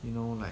you know like